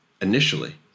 initially